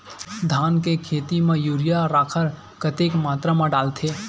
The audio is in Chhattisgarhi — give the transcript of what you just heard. धान के खेती म यूरिया राखर कतेक मात्रा म डलथे?